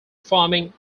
farming